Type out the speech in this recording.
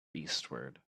eastward